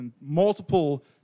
multiple